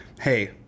hey